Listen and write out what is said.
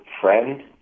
friend